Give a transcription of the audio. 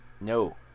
No